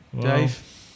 Dave